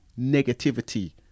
negativity